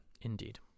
Indeed